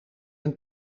een